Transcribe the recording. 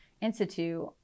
institute